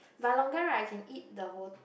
but longan right I can eat the whole